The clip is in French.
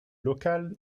local